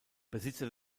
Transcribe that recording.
besitzer